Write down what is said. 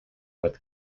with